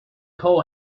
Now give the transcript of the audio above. coal